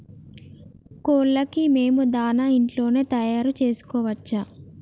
కోళ్లకు మేము దాణా ఇంట్లోనే తయారు చేసుకోవచ్చా?